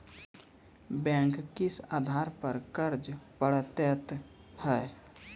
Bank किस आधार पर कर्ज पड़तैत हैं?